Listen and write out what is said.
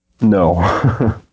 no